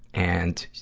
and,